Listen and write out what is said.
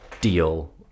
deal